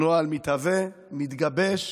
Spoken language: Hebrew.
נוהל מתהווה, מתגבש.